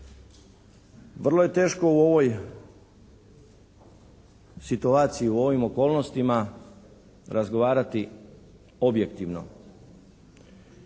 vrlo je teško u ovoj situaciji, u ovim okolnostima razgovarati objektivno.